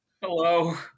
Hello